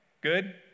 Good